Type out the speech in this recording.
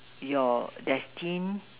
your destined